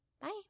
Bye